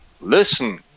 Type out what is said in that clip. listen